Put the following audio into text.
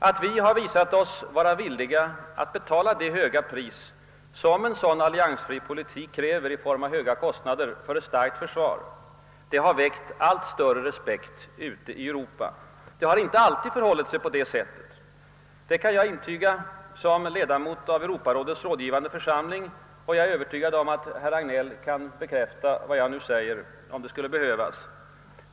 Att vi har visat oss vara villiga att betala det höga pris som en sådan alliansfri politik kräver i form av höga kostnader för ett starkt försvar har väckt allt större respekt ute i Europa. Det har inte alltid förhållit sig på detta sätt. Det kan jag intyga som ledamot av Europarådets rådgivande församling, och jag är övertygad om att herr Hag nell kan bekräfta vad jag nu säger, om det skulle behövas.